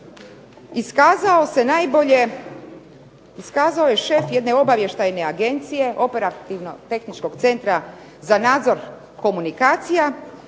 iskazao je šef jedne obavještajne agencije, Operativno-tehničkog centra za nadzor komunikacija